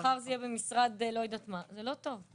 זה לא טוב.